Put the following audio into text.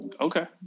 Okay